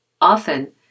Often